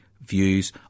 views